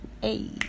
Hey